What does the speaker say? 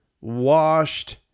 washed